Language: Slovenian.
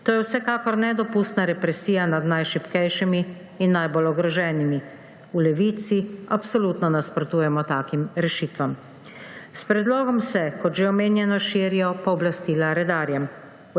To je vsekakor nedopustna represija nad najšibkejšimi in najbolj ogroženimi. V Levici absolutno nasprotujemo takim rešitvam. S predlogom se, kot že omenjeno, širijo pooblastila redarjem.